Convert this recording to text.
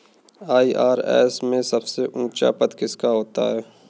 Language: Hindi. आई.आर.एस में सबसे ऊंचा पद किसका होता है?